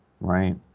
Right